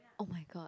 oh-my-god